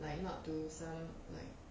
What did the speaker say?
like not to some like